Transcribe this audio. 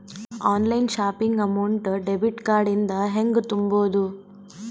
Online shopping amount debit card ಇಂದ ಹೆಂಗ್ ತುಂಬೊದು?